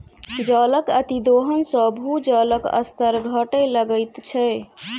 जलक अतिदोहन सॅ भूजलक स्तर घटय लगैत छै